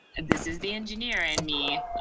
this is the engineer in me,